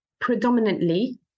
predominantly